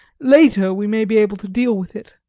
later, we may be able to deal with it.